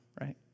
right